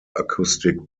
acoustic